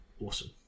awesome